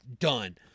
done